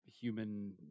human